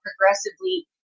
progressively